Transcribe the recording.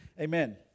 Amen